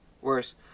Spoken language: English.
Worse